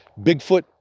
Bigfoot